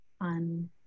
on